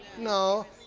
no,